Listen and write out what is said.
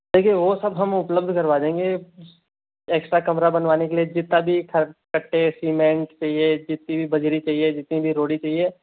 देखिए वो सब हम उपलब्ध करवा देंगे ऐक्स्ट्रा कमरा बनवाने के लिए जितना भी खर्च कट्टे सिमेन्ट चाहिए जितनी भी बजरी चाहिए जितनी भी रोड़ी चाहिए